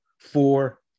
four